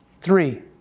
Three